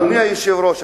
אדוני היושב-ראש,